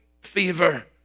fever